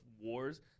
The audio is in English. wars